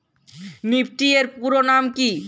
Nifty এর পুরোনাম কী?